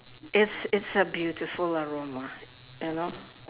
it's it's a beautiful aroma you know